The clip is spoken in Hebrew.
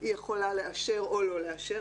היא יכולה לאשר או לא לאשר,